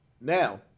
Now